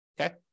Okay